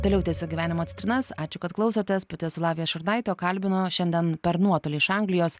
toliau tęsiu gyvenimo citrinas ačiū kad klausotės pati esu lavija šurnaitė o kalbinu šiandien per nuotolį iš anglijos